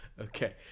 Okay